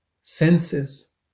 senses